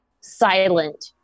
silent